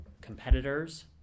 competitors